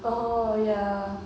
oh ya